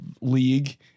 league